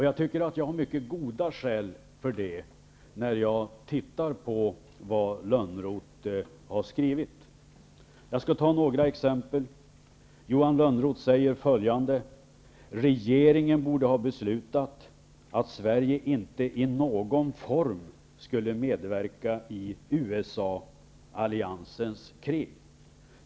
Jag tycker att jag har mycket goda skäl för det, när jag tittar på vad Johan Lönnroth har skrivit. Jag skall ta några exempel. Johan Lönnroth säger följande: ''Regeringen borde ha beslutat att Sverige inte i någon form skulle medverka i USA-alliansens krig.''